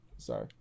Sorry